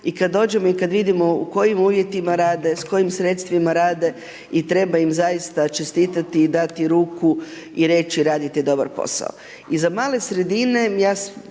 i kada dođemo i kada vidimo u kojim uvjetima rade i s kojim sredstvima rade i treba im zaista čestita i dati ruku i reći radite dobar posao. Iza male sredine,